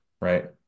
Right